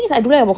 oh